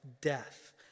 death